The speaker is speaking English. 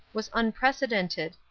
was unprecedented,